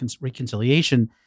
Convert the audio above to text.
Reconciliation